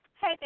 Hey